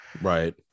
Right